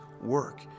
work